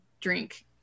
drink